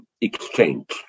exchange